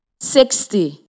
sixty